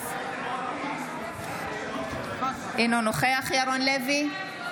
אינו נוכח ירון לוי,